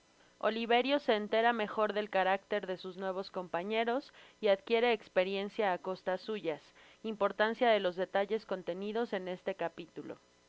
oliverio se entera mejor del caracter de sus nuevos compañe ros y adquiere experiencia á costas suyas importancia de los detalles contenidos en este capitulo